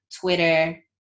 Twitter